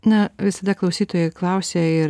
na visada klausytojai klausia ir